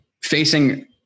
facing